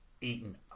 eaten